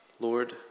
Lord